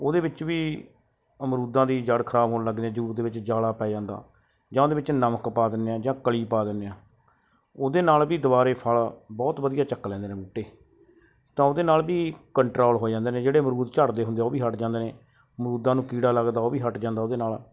ਉਹਦੇ ਵਿੱਚ ਵੀ ਅਮਰੂਦਾਂ ਦੀ ਜੜ੍ਹ ਖਰਾਬ ਹੋਣ ਲੱਗਦੀਆਂ ਜੁ ਉਹਦੇ ਵਿੱਚ ਜਾਲਾ ਪੈ ਜਾਂਦਾ ਜਾਂ ਉਹਦੇ ਵਿੱਚ ਨਮਕ ਪਾ ਦਿੰਦੇ ਆ ਜਾਂ ਕਲੀ ਪਾ ਦਿੰਦੇ ਆ ਉਹਦੇ ਨਾਲ ਵੀ ਦੁਬਾਰਾ ਫਲ ਬਹੁਤ ਵਧੀਆ ਚੱਕ ਲੈਂਦੇ ਨੇ ਬੂਟੇ ਤਾਂ ਉਹਦੇ ਨਾਲ ਵੀ ਕੰਟਰੋਲ ਹੋ ਜਾਂਦੇ ਨੇ ਜਿਹੜੇ ਅਮਰੂਦ ਝੜਦੇ ਹੁੰਦੇ ਉਹ ਵੀ ਹਟ ਜਾਂਦੇ ਨੇ ਅਮਰੂਦਾਂ ਨੂੰ ਕੀੜਾ ਲੱਗਦਾ ਉਹ ਵੀ ਹਟ ਜਾਂਦਾ ਉਹਦੇ ਨਾਲ